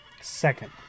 Second